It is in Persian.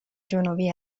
جنوبی